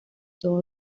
todos